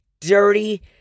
dirty